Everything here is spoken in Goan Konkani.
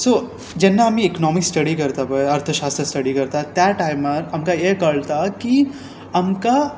सो जेन्ना आमी इक्नॉमी स्टडी करता पळय अर्थशास्त्र स्टडी करता त्या टायमार आमकां हें कळटा की आमकां